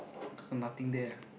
got nothing there ah